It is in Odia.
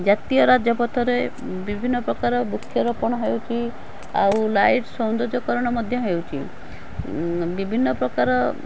ଜାତୀୟ ରାଜପଥରେ ବିଭିନ୍ନ ପ୍ରକାର ବୃକ୍ଷରୋପଣ ହେଉଛି ଆଉ ଲାଇଭ୍ ସୌନ୍ଦର୍ଯ୍ୟକରଣ ମଧ୍ୟ ହେଉଛି ବିଭିନ୍ନ ପ୍ରକାର